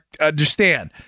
understand